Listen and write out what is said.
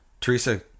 Teresa